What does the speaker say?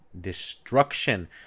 destruction